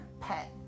Pet